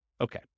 Okay